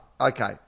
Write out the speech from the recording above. Okay